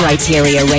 Criteria